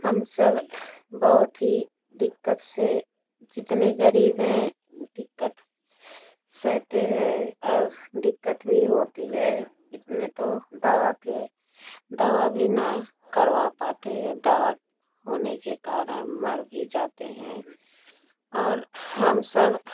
हम सब बहुत ही दिक्कत से जितने गरीब हैं दिक्कत सहते हैं और दिक्कत भी होती है इतने तो दवा के दवा भी ना करवा पाते हैं दवा होने के कारण मर भी जाते हैं और हम सब